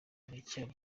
haracyari